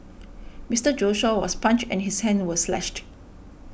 Mister Joshua was punched and his hands were slashed